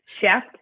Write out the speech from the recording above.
chef